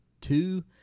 two